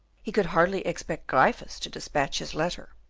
he could hardly expect gryphus to despatch his letter.